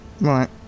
right